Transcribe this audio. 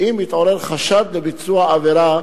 אם התעורר חשד לביצוע עבירה,